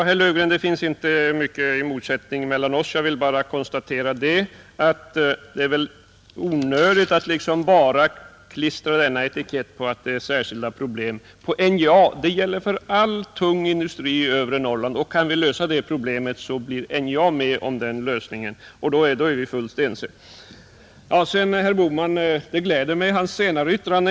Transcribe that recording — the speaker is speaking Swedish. Herr talman! Det finns inte mycket av motsättning mellan oss, herr Löfgren, Jag vill bara konstatera att det väl är onödigt att klistra denna etikett, att det är särskilda problem, bara på NJA. Det gäller för all tung industri i övre Norrland. Kan vi lösa det problemet så blir också NJA med, och då är vi fullt ense. Herr Bohmans senare yttrande gläder mig.